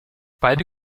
beide